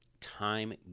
time